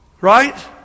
Right